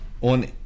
on